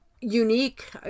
unique